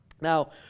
now